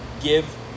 give